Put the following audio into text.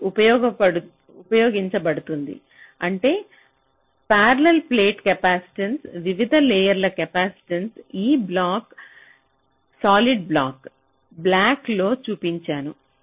ఇది ఉపయోగించబడుతుంది అంటే పార్లర్ ప్లేట్ కెపాసిటెన్స వివిధ లేయర్లా కెపాసిటెన్స ఈ బ్లొక్ సాలిడ్ బ్లొక్ బ్లాక్ లో చూపించాను